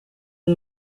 ari